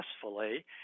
successfully